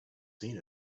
seen